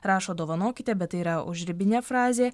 rašo dovanokite bet tai yra užribinė frazė